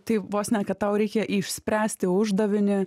tai vos ne kad tau reikia išspręsti uždavinį